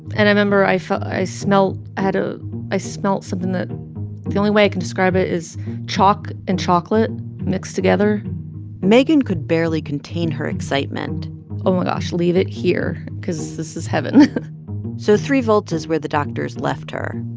and remember i felt i smelled i had a i smelled something that the only way i can describe it is chalk and chocolate mixed together megan could barely contain her excitement oh my gosh, leave it here because this is heaven so three volts is where the doctors left her,